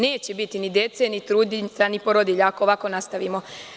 Neće biti ni dece, ni trudnica, ni porodilja, ako ovako nastavimo.